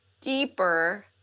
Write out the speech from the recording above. deeper